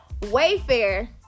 Wayfair